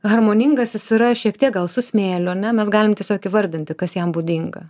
harmoningas jis yra šiek tiek gal su smėliu ar ne mes galim tiesiog įvardinti kas jam būdinga